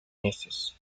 meses